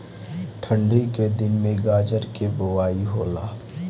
ठन्डी के दिन में गाजर के बोआई होला